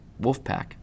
Wolfpack